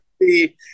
see